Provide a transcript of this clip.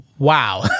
Wow